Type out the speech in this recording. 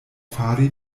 fari